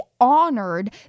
honored